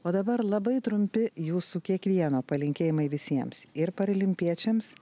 o dabar labai trumpi jūsų kiekvieno palinkėjimai visiems ir paralimpiečiams